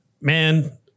man